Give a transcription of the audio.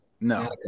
No